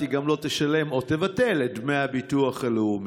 היא גם לא תשלם או תבטל את דמי הביטוח הלאומי?